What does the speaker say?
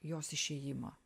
jos išėjimą